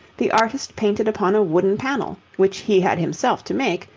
the artist painted upon a wooden panel, which he had himself to make,